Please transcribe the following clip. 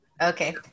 Okay